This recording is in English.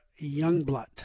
Youngblood